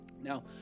Now